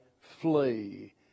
flee